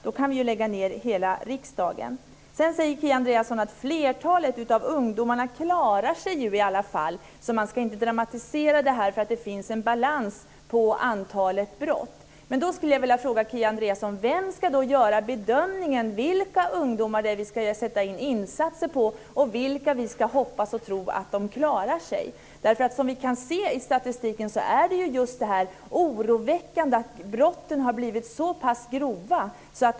Då kan vi ju lägga ned hela riksdagen. Sedan säger Kia Andreasson att flertalet ungdomar i alla fall klarar sig, så man ska inte dramatisera detta. Det finns en balans när det gäller antalet brott. Då skulle jag vilja fråga Kia Andreasson vem som ska göra bedömningen av vilka ungdomar det är som vi ska sätta in insatser mot och vilka vi ska hoppas och tro klarar sig. Som vi kan se i statistiken har brotten blivit oroväckande grova.